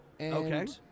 Okay